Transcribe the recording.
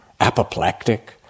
apoplectic